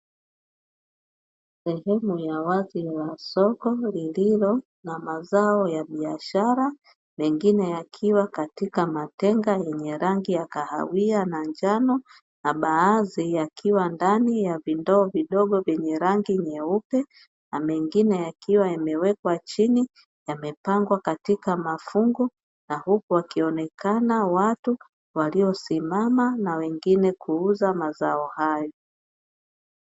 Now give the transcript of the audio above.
Sehemu ya wazi ya soko lililo na mazao ya biashara, mengine yakiwa katika matenga yenye rangi ya kahawia na njano, na baadhi yakiwa ndani ya vindoo vidogo vyenye rangi nyeupe, na mengine yakiwa yamewekwa chini, yamepangwa katika mafungu, na huku wakionekana watu waliosimama na wengine kuuza mazao hayo.